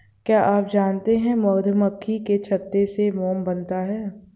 क्या आप जानते है मधुमक्खी के छत्ते से मोम बनता है